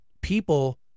people